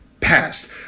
passed